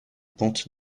pentes